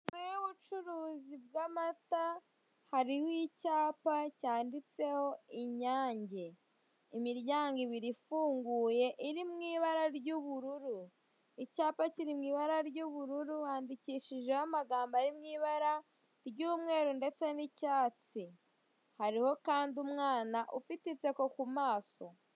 Inzu y'ubucuruzi bw'amata hariho icyapa cyanditseho inyange, imiryango ibiri ifunguye iri mu ibara ry'ubururu, icyapa kiri mu ibara ry'ubururu handikishijeho amagambo ari mu ibara ry'umweru ndetse n'icyatsi hariho kandi umwana ufite inseko ku maso.